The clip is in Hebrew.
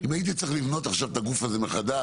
אם הייתי צריך לבנות עכשיו את הגוף הזה מחדש,